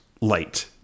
Light